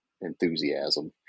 enthusiasm